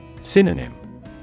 Synonym